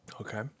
Okay